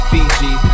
Fiji